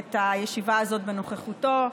הישיבה הזאת בנוכחותו.